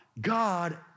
God